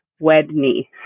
Wedney